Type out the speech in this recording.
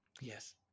Yes